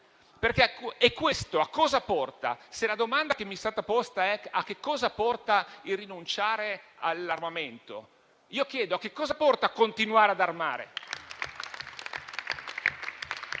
E questo a cosa porta? Se la domanda che mi è stata posta è a che cosa porta rinunciare all'armamento, io chiedo a che cosa porta continuare ad armare?